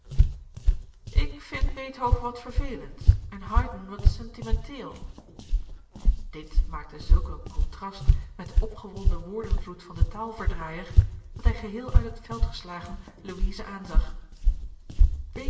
ik vind beethoven wat vervelend en haydn wat sentimenteel dit maakte zulk een contrast met den opgewonden woordenvloed van den taalverdraaijer dat hij geheel uit het veld geslagen